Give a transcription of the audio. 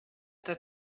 that